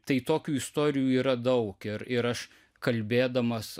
tai tokių istorijų yra daug ir ir aš kalbėdamas